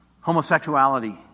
Homosexuality